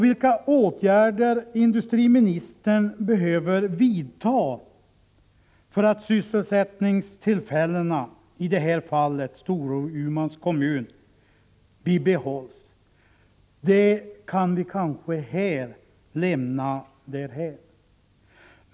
Vilka åtgärder industriministern behöver vidta för att sysselsättningstillfäl Jena, i det här fallet i Storumans kommun, bibehålls kan vi kanske lämna därhän.